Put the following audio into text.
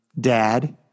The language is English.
dad